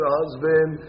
husband